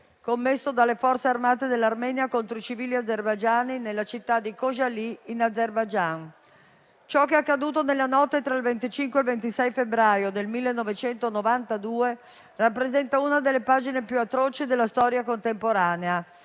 commesso dalle forze armate dell'Armenia contro i civili azerbaigiani nella città di Khojaly in Azerbaigian. Ciò che è accaduto nella notte tra il 25 e il 26 febbraio 1992 rappresenta una delle pagine più atroci della storia contemporanea,